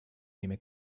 nehme